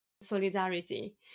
solidarity